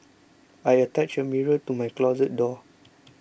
I attached a mirror to my closet door